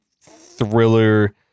thriller